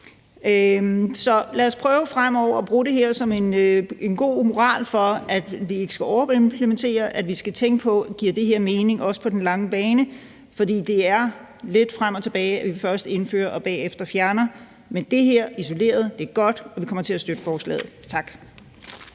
lad os prøve fremover at bruge det her som en god morale for, at vi ikke skal overimplementere, og for, at vi skal tænke: Giver det her mening, også på den lange bane? For det er lidt frem og tilbage, at vi først indfører og bagefter fjerner, men isoleret set er det her godt, og vi kommer til at støtte forslaget. Tak.